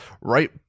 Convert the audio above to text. right